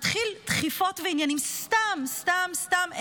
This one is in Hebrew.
מתחילים דחיפות ועניינים סתם, סתם, סתם.